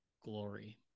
glory